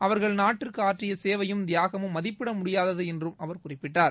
அவர்கள் நாட்டிற்கு ஆற்றிய சேவையும் தியாகமும் மதிப்பிட முடியாதது என்றும் அவர் குறிப்பிட்டார்